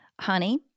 honey